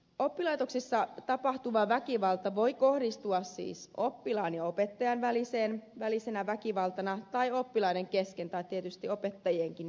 oppilaitoksissa tapahtuvaa väkivaltaa voi esiintyä siis oppilaan ja opettajan välillä tai oppilaiden kesken tai tietysti opettajienkin välillä